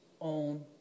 own